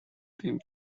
theme